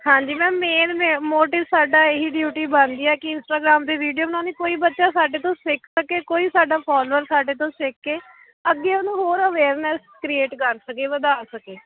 ਹਾਂਜੀ ma'am main motive ਸਾਡਾ ਇਹੀ ਡਿਊਟੀ ਬਣਦੀ ਆ ਕਿ ਇਸਟਾਗਰਾਮ 'ਤੇ ਵੀਡੀਓ ਬਣਾਉਣੀ ਕੋਈ ਬੱਚਾ ਸਾਡੇ ਤੋਂ ਸਿੱਖ ਸਕੇ ਕੋਈ ਸਾਡਾ ਫੋਲੋਅਰ ਸਾਡੇ ਤੋਂ ਸਿੱਖ ਕੇ ਅੱਗੇ ਉਹਨੂੰ ਹੋਰ ਅਵੇਅਰਨੈਸ ਕ੍ਰੀਏਟ ਕਰ ਸਕੇ ਵਧਾ ਸਕੇ